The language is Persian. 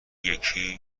یکی